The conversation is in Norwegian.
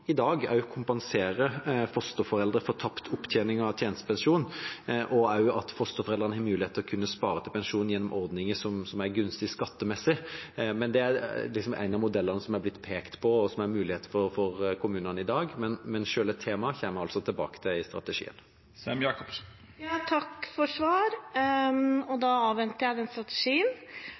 kompensere fosterforeldre for tapt opptjening av tjenestepensjon, og at fosterforeldrene har mulighet til å kunne spare til pensjon gjennom ordninger som er gunstige skattemessig. Det er en av modellene som har blitt pekt på, og som er en mulighet for kommunene i dag. Selve temaet kommer vi altså tilbake til i strategien. Takk for svar. Da avventer jeg den strategien.